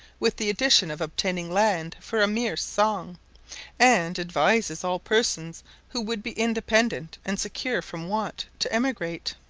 with the addition of obtaining land for a mere song and advises all persons who would be independent and secure from want to emigrate.